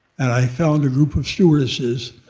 and i found a group of stewardesses,